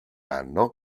anno